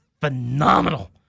phenomenal